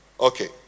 okay